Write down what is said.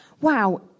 Wow